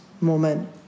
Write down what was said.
moment